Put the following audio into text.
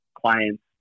clients